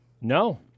No